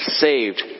saved